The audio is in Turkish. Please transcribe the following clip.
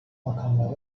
makamları